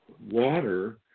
water